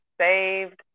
saved